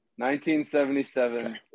1977